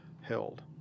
held